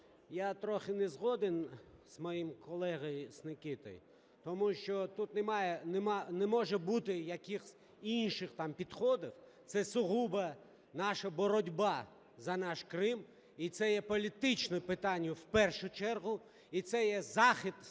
Я трохи не згоден з моїм колегою, з Микитою, тому що тут не може бути якихось інших там підходів, це сугубо наша боротьба за наш Крим, і це є політичне питання в першу чергу, і це є захист наших прав,